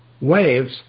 waves